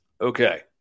Okay